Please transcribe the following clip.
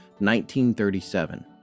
1937